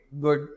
good